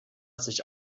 sich